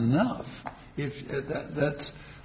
enough if that